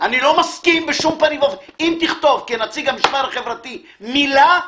אם תכתוב כנציג המשמר החברתי מילה,